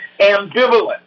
ambivalent